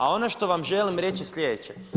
A ono što vam želim reći je sljedeće.